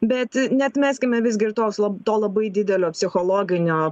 bet neatmeskime visgi ir to sla to labai didelio psichologinio